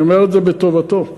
ואני אומר את זה לטובתו ולזכותו.